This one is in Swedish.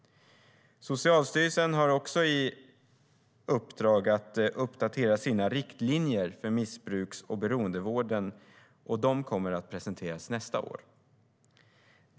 Socialstyrelsen har också i uppdrag att uppdatera sina riktlinjer för missbruks och beroendevården, och de kommer att presenteras nästa år.